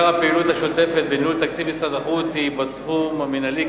עיקר הפעילות השוטפת בניהול תקציב משרד החוץ היא בתחום המינהלי,